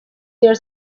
their